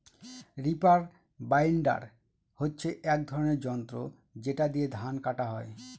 reaper binder হচ্ছে এক ধরনের যন্ত্র যেটা দিয়ে ধান কাটা হয়